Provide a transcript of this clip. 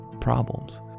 problems